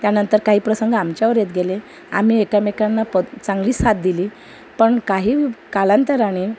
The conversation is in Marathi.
त्यानंतर काही प्रसंग आमच्यावर येत गेले आम्ही एकामेकांना प चांगली साथ दिली पण काही कालांतराने